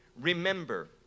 remember